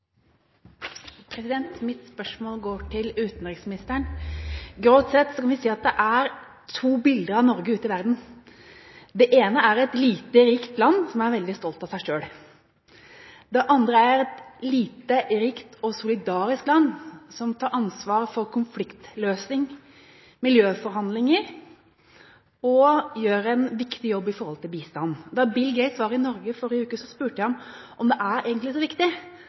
to bilder av Norge ute i verden. Det ene er av et lite, rikt land som er veldig stolt av seg selv. Det andre er av et lite, rikt og solidarisk land som tar ansvar for konfliktløsing, miljøforhandlinger og gjør en viktig jobb når det gjelder bistand. Da Bill Gates var i Norge i forrige uke, spurte jeg ham: Er det egentlig så viktig